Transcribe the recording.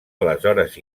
aleshores